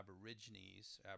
aborigines